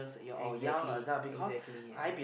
exactly exactly ya